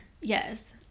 Yes